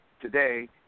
today